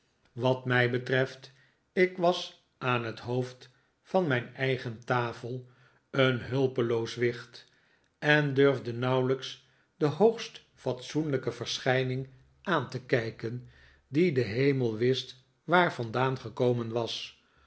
wat mij betreft ik was aan het hoofd van mijn eigen tafel een hulpeloos wicht en durfde nauwelijks de hoogst fatsoenlijke verschijning aan te kijken die de hemel wist waar vandaan gekomen was